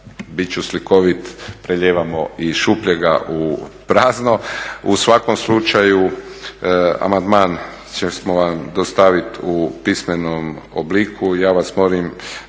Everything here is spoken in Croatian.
ću slikovit prelijevamo iz šupljega u prazno. U svakom slučaju amandman ćemo vam dostaviti u pismenom obliku